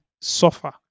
suffer